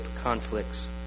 conflicts